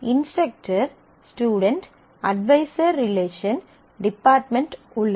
instructor student advisor relation department உள்ளது